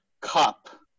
Cup